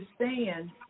understand